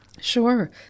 Sure